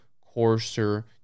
coarser